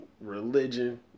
religion